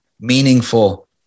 meaningful